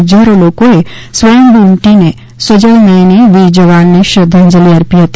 હજારો લોકોએ સ્વયંભુ ઉમટી પડી સજળ નયને વીર જવાનને શ્રદ્ધાંજલિ અર્પિ હતી